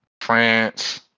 france